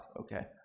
okay